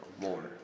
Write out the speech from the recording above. more